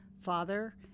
Father